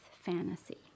fantasy